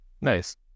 Nice